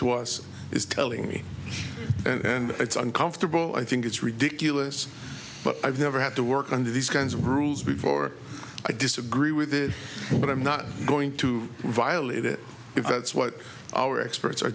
to us is telling me and it's uncomfortable i think it's ridiculous but i've never had to work under these kinds of rules before i disagree with this but i'm not going to violate it if that's what our experts are